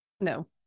No